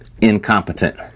incompetent